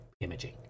imaging